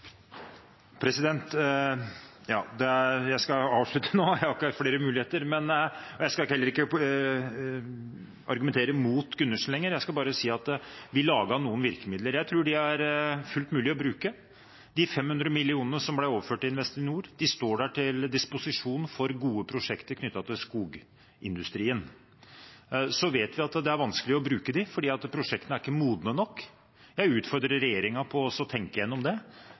Jeg skal avslutte nå, for jeg har ikke flere muligheter. Jeg skal heller ikke argumentere mot Gundersen lenger, men bare si at vi utformet noen virkemidler. Jeg tror de er fullt mulige å bruke. De 500 mill. kr som ble overført til Investinor, står der til disposisjon for gode prosjekter knyttet til skogindustrien. Så vet vi at det er vanskelig å bruke dem, fordi prosjektene ikke er modne nok. Jeg utfordrer regjeringen til å tenke gjennom det,